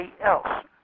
else